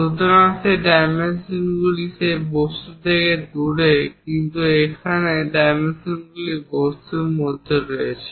সুতরাং এই ডাইমেনশনগুলি সেই বস্তু থেকে দূরে কিন্তু এখানে ডাইমেনশনগুলি বস্তুর মধ্যে রয়েছে